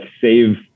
save